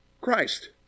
Christ